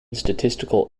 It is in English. statistical